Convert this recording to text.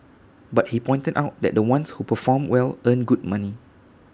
but he pointed out that the ones who perform well earn good money